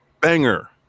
banger